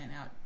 out